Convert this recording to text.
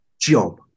job